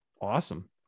Awesome